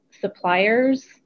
suppliers